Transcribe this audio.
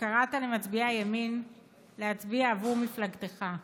וקראת למצביעי הימין להצביע עבור מפלגתך,